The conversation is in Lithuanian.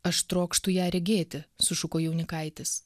aš trokštu ją regėti sušuko jaunikaitis